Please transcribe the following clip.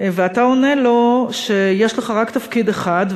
ואתה עונה לו שיש לך רק תפקיד אחד,